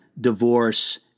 divorce